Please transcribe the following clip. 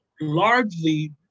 largely